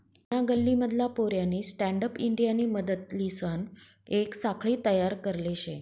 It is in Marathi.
आमना गल्ली मधला पोऱ्यानी स्टँडअप इंडियानी मदतलीसन येक साखळी तयार करले शे